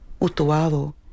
Utuado